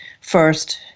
first